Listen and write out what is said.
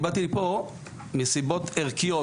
אני באתי מסיבות ערכיות,